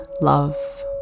love